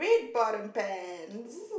pot and pans